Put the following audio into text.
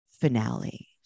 finale